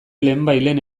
lehenbailehen